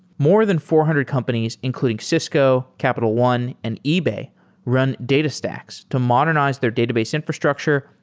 more than four hundred companies including cisco, capital one, and ebay run datastax to modernize their database infrastructure,